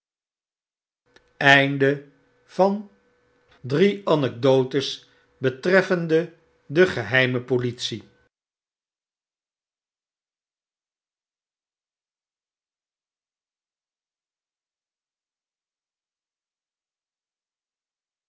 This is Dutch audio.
drie anekdotes betreffende de geheime politie